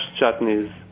chutneys